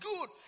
good